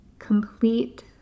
complete